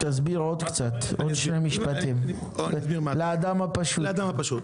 תסביר עוד קצת, עבור האדם הפשוט.